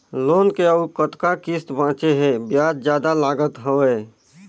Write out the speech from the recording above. Loan के अउ कतका किस्त बांचें हे? ब्याज जादा लागत हवय,